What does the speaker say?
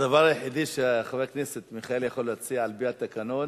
הדבר היחידי שחבר הכנסת מיכאלי יכול להציע על-פי התקנות